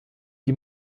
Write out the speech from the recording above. die